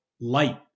light